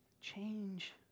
Change